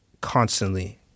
constantly